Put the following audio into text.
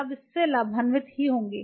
आप इससे लाभान्वित होंगे